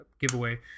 giveaway